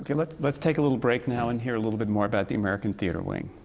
yeah let let's take a little break now, and hear a little bit more about the american theatre wing.